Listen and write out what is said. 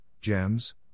gems